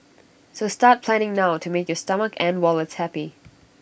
so start planning now to make your stomach and wallets happy